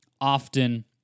often